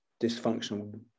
dysfunctional